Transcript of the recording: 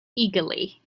eagerly